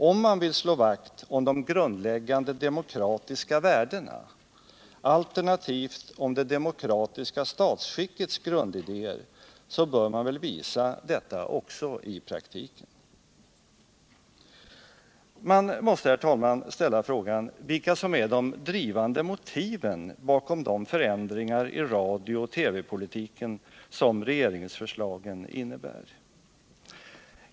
Om man vill slå vakt om de grundläggande demokratiska värdena, alternativt om det demokratiska statsskickets grundidéer, bör man väl visa detta också i praktiken. Man måste, herr talman, ställa frågan vilka som är de drivande motiven bakom de förändringar i radiooch TV-politiken som regeringsförslagen innebär.